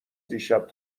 دیشب